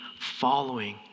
following